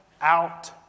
out